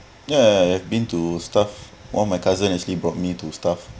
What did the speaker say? yeah yeah yeah I've been to stuff'd one of my cousin actually brought me to stuff'd